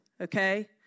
Okay